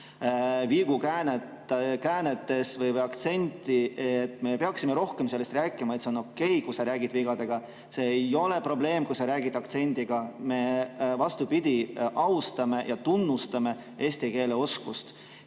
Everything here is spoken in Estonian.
vigu käänetes või aktsenti. Me peaksime rohkem sellest rääkima, et see on okei, kui sa räägid vigadega, see ei ole probleem, kui sa räägid aktsendiga, me, vastupidi, austame ja tunnustame eesti keele oskust.